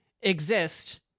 exist